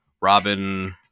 Robin